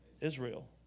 Israel